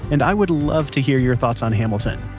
and i would love to hear your thoughts on hamilton.